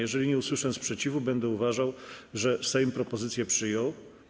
Jeżeli nie usłyszę sprzeciwu, będę uważał, że Sejm propozycję przyjął.